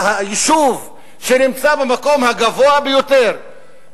היישוב שנמצא במקום הגבוה ביותר